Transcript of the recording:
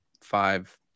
five